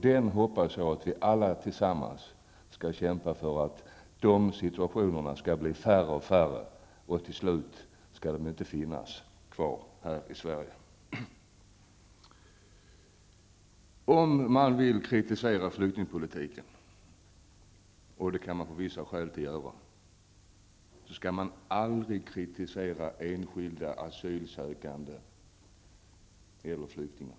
Jag hoppas att vi alla tillsammans skall kämpa för att situationer av det slaget blir färre och färre, så att de till slut över huvud taget inte förekommer här i Om man vill kritisera flyktingpolitiken -- och det kan man ha vissa skäl att göra -- skall man aldrig kritisera enskilda asylsökande eller flyktingar.